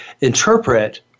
interpret